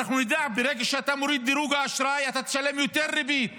ברגע שאתה מוריד את דירוג האשראי אתה משלם יותר ריבית